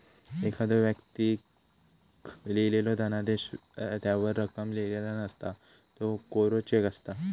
एखाद्दो व्यक्तीक लिहिलेलो धनादेश त्यावर रक्कम लिहिलेला नसता, त्यो कोरो चेक असता